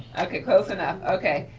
okay, close enough, okay.